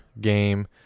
Game